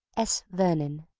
s. vernon.